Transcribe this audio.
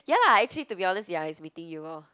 ya actually to be honest ya is meeting you orh